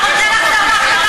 אתה רוצה לחזור להחלטת החלוקה,